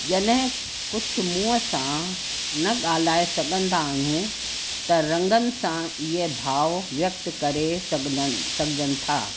जॾहिं कुझु मुंहं सां न ॻाल्हाए सघंदा आहियूं त रंगनि सां इहा भाव व्यक्त करे सघनि सघिजनि था